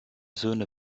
zone